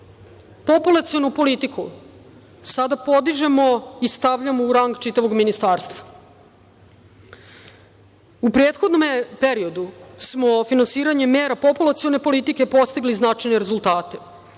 kući. Populacionu politiku sada podižemo i stavljamo u rang čitavog ministarstva. U prethodnome periodu smo finansiranjem mera populacione politike postigli značajne rezultate.